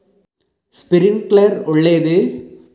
Sprinkler ಒಳ್ಳೇದೇ?